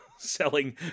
Selling